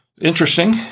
interesting